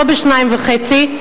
לא ב-2.5.